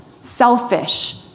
selfish